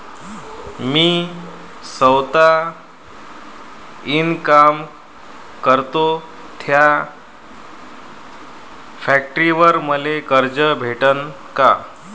मी सौता इनकाम करतो थ्या फॅक्टरीवर मले कर्ज भेटन का?